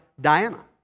Diana